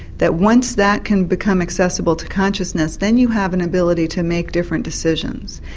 that once that can become accessible to consciousness then you have an ability to make different decisions.